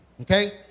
Okay